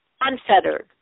unfettered